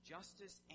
Justice